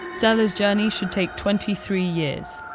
stella's journey should take twenty three years.